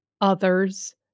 others